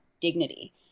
dignity